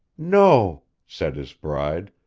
no, said his bride,